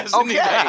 okay